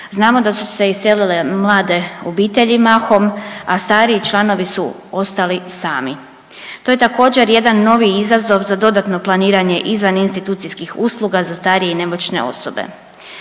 Znamo da su se iselile mlade obitelji mahom, a stariji članovi su ostali sami. To je također jedan novi izazov za dodatno planiranje izvan institucijskih usluga za starije i nemoćne osobe.